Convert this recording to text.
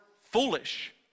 foolish